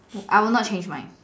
I will not change mine